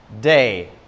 day